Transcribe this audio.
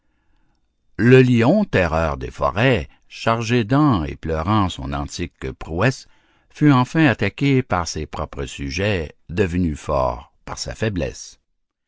le lion terreur des forêts chargé d'ans et pleurant son antique prouesse fut enfin attaqué par ses propres sujets devenus forts par sa faiblesse